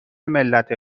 ملت